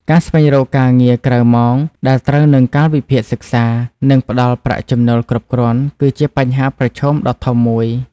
ការស្វែងរកការងារក្រៅម៉ោងដែលត្រូវនឹងកាលវិភាគសិក្សា និងផ្តល់ប្រាក់ចំណូលគ្រប់គ្រាន់ គឺជាបញ្ហាប្រឈមដ៏ធំមួយ។